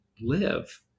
live